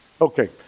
Okay